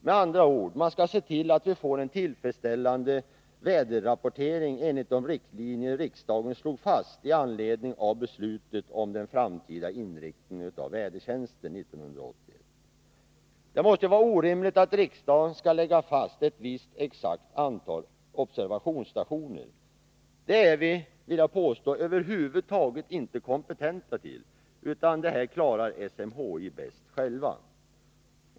Med andra ord, man skall se till att vi får en tillfredsställande väderrapportering enligt de riktlinjer riksdagen slog fast i beslutet om den framtida inriktningen av vädertjänsten 1981. Det måste vara orimligt att riksdagen skall lägga fast ett visst exakt antal observationsstationer. Det är vi, vill jag påstå, över huvud taget inte kompetenta till, utan detta klarar SMHI bäst självt.